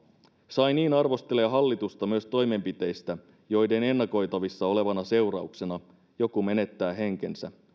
scheinin arvostelee hallitusta myös toimenpiteistä joiden ennakoitavissa olevana seurauksena joku menettää henkensä